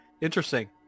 Interesting